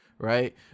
right